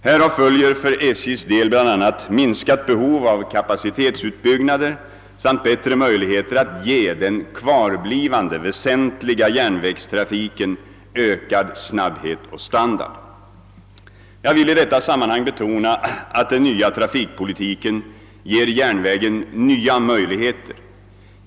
Härav följer för SJ:s del bl.a. minskat behov av kapacitetsutbyggnader samt bättre möjligheter att ge den kvarblivande väsentliga järnvägstrafiken ökad snabbhet och standard. Jag vill i detta sammanhang betona att den nya trafikpolitiken ger järnvägen nya möjligheter.